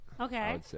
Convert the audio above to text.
Okay